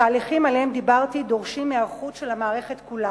התהליכים שעליהם דיברתי דורשים היערכות של המערכת כולה.